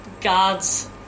gods